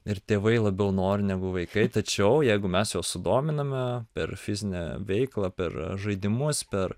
ir tėvai labiau nori negu vaikai tačiau jeigu mes juos sudominame per fizinę veiklą per žaidimus per